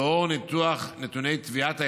לאור ניתוח נתוני טביעת הילדים,